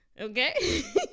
Okay